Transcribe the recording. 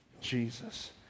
Jesus